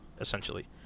essentially